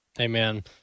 Amen